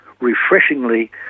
refreshingly